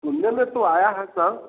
सुनने में तो आया है सर